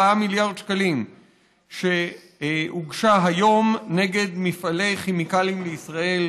מיליארד שקלים שהוגשה היום נגד מפעלי כימיקלים לישראל,